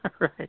Right